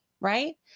right